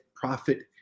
profit